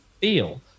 feel